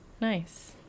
nice